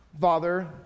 father